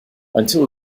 until